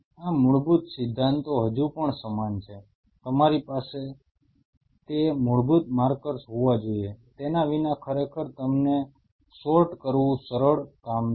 આ મૂળભૂત સિદ્ધાંતો હજુ પણ સમાન છે તમારી પાસે તે મૂળભૂત માર્કર્સ હોવા જોઈએ તેના વિના ખરેખર તેમને સ સોર્ટ કરવું સરળ કામ નથી